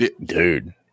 Dude